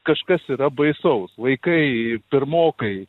kažkas yra baisaus vaikai pirmokai